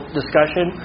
discussion